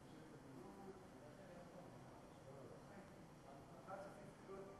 שזה לא יתחיל מ-7,000 השקל או 6,000 השקל אחרי קורס צוערים,